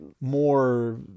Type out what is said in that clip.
more